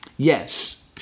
Yes